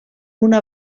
una